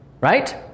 Right